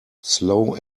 slow